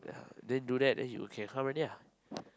ya then do that then you can come already lah